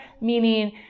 meaning